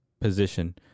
position